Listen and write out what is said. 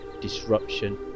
disruption